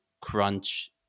crunch